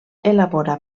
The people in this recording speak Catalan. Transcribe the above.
elabora